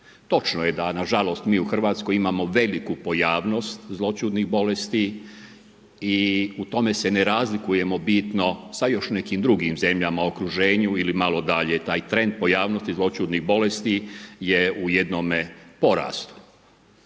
Točno je da na žalost mi u Hrvatskoj imamo veliku pojavnost zloćudnih bolesti i u tome se ne razlikujemo bitno sa još nekim drugim zemljama u okruženju ili malo dalje. Taj trend pojavnosti zloćudnih bolesti je u jednome porastu.